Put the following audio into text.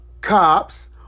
cops